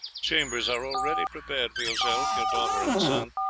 chambers are already prepared for yourself, your daughter, and son,